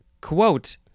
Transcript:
quote